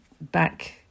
back